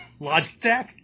Logitech